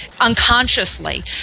unconsciously